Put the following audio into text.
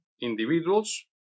individuals